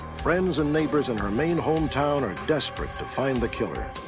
friends and neighbors in her maine hometown are desperate to find the killer.